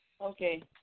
Okay